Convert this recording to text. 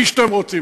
מי שאתם רוצים.